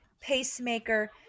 pacemaker